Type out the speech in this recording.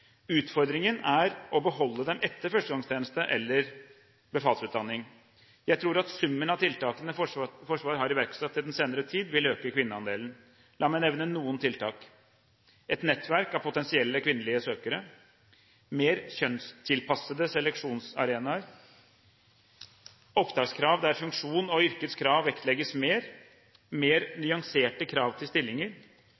Utfordringen er å beholde dem etter førstegangstjeneste eller befalsutdanning. Jeg tror at summen av tiltakene som Forsvaret har iverksatt i den senere tid, vil øke kvinneandelen. La meg nevne noen tiltak: Et nettverk av potensielle kvinnelige søkere, mer kjønnstilpassede seleksjonsarenaer, opptakskrav der funksjon og yrkets krav vektlegges mer, mer